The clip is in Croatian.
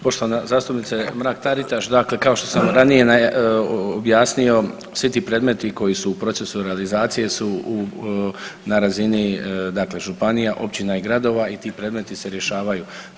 Poštovana zastupnice Mrak Taritaš, dakle kao što sam ranije objasnio svi ti predmeti koji su u procesu realizacije su u, na razini dakle županija, općina i gradova i ti predmeti se rješavaju.